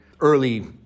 early